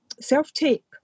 self-tape